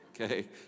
okay